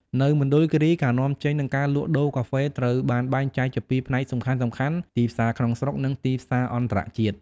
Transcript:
នៅមណ្ឌលគិរី ការនាំចេញ និងការលក់ដូរកាហ្វេត្រូវបានបែងចែកជាពីរផ្នែកសំខាន់ៗ ទីផ្សារក្នុងស្រុក និងទីផ្សារអន្តរជាតិ។